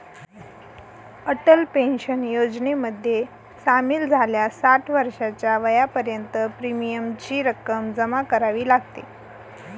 Atal pension योजनेमध्ये सामील झाल्यास साठ वर्षाच्या वयापर्यंत प्रीमियमची रक्कम जमा करावी लागते